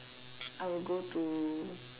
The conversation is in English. I will go to